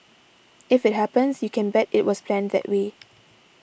if it happens you can bet it was planned that way